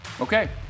Okay